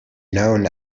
known